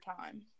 Time